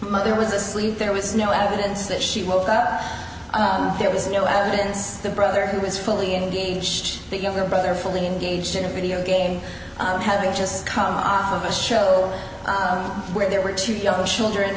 mother was asleep there was no evidence that she woke up there was no evidence the brother who was fully engaged the younger brother fully engaged in a video game having just come off of a show where there were two young children